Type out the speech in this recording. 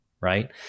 right